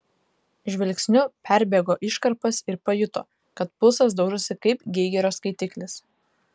žvilgsniu perbėgo iškarpas ir pajuto kad pulsas daužosi kaip geigerio skaitiklis